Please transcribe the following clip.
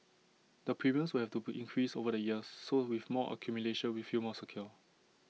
the premiums will have to increase over the years so with more accumulation we feel more secure